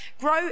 grow